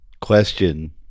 question